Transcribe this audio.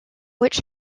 which